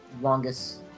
longest